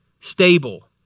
stable